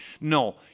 No